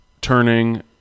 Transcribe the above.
turning